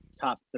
top